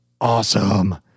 awesome